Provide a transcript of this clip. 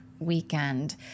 Weekend